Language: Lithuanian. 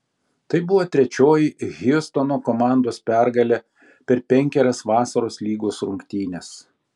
tai buvo trečioji hjustono komandos pergalė per penkerias vasaros lygos rungtynes